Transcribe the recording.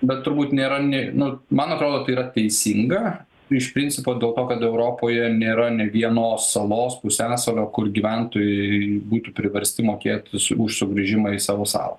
bet turbūt nėra nei nu man atrodo tai yra teisinga iš principo dėl to kad europoje nėra nė vienos salos pusiasalio kur gyventojai būtų priversti mokėt už sugrįžimą į savo salą